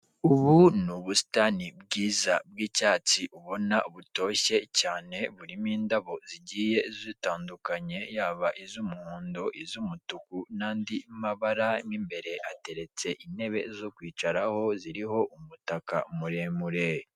Ubu ni ubusitani bwiza bw'icyatsi, ubona butoshye cyane, burimo indabo zigiye zitandukanye, yaba iz'umuhondo, iz'umutuku, n'andi mabara, mo imbere hateretse intebe zo kwicaraho, ziriho umutaka muremure.